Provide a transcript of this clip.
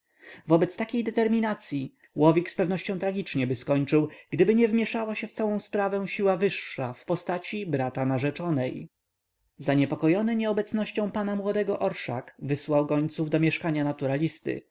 wobec takiej determinacyi łowik z pewnością tragicznie by skończył gdyby nie wmięszała się w całą sprawę siła wyższa w postaci brata narzeczonej zaniepokojony nieobecnością pana młodego orszak wysłał gońców do mieszkania